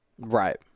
Right